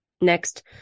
Next